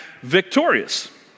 victorious